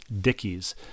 dickies